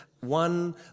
One